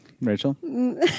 Rachel